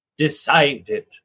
decided